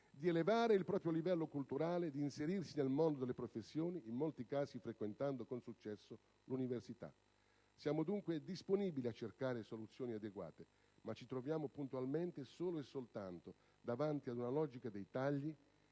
di elevare il proprio livello culturale, di inserirsi nel mondo delle professioni, in molti casi frequentando con successo l'università. Siamo dunque disponibili a cercare soluzioni adeguate ma ci troviamo puntualmente solo e soltanto davanti a una logica dei tagli